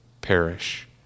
perish